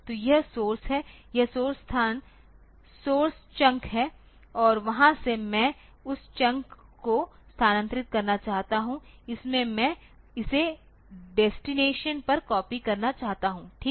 तो यह सोर्स है यह सोर्स स्थान सोर्स चंक है और वहां से मैं उस चंक को स्थानांतरित करना चाहता इसमे मैं इसे डेस्टिनेशन पर कॉपी करना चाहता हूं ठीक